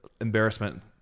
embarrassment